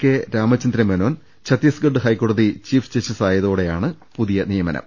K Ramachandra Menon Chhattisgarh ഹൈക്കോടതി chief ജസ്റ്റിസായതോടെയാണ് പുതിയ നിയമനം